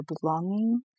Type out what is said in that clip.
belonging